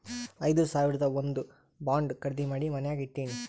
ಐದು ಸಾವಿರದು ಒಂದ್ ಬಾಂಡ್ ಖರ್ದಿ ಮಾಡಿ ಮನ್ಯಾಗೆ ಇಟ್ಟಿನಿ